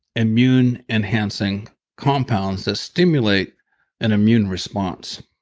immune enhancing compounds that stimulate an immune response.